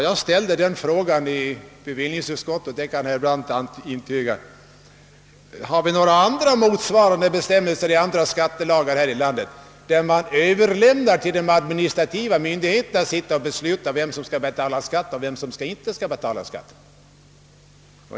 Jag ställde den frågan i bevillningsutskottet — det kan herr Brandt bekräfta — om vi har några motsvarande bestämmelser i andra skattelagar som överlämnar till den administrativa myndigheten att besluta vem som skall betala skatt och vem som inte skall betala skatt.